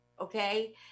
Okay